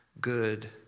good